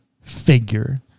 figure